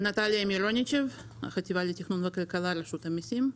לתכנון וכלכלה ברשות המיסים.